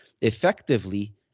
effectively